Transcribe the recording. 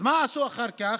אז מה עשו אחר כך?